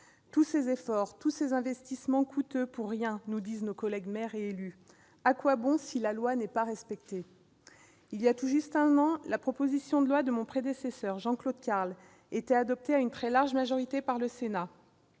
Tous ces efforts, tous ces investissements coûteux pour rien », nous disent nos collègues maires et élus. « À quoi bon, si la loi n'est pas respectée ?», ajoutent-ils. Voilà tout juste un an, la proposition de loi de mon prédécesseur, Jean-Claude Carle, était adoptée à une très large majorité par le Sénat.